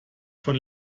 von